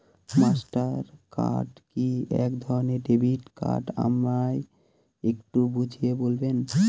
Master card কি একধরণের debit card আমায় একটু বুঝিয়ে বলবেন?